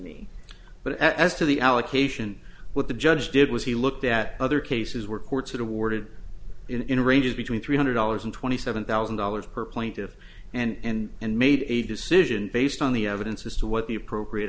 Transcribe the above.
me but as to the allocation with the judge did was he looked at other cases where courts had awarded in ranges between three hundred dollars and twenty seven thousand dollars per plaintive and made a decision based on the evidence as to what the appropriate